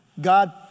God